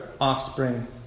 offspring